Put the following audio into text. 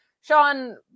Sean